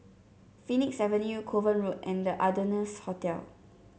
Phoenix Avenue Kovan Road and The Ardennes Hotel